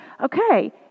okay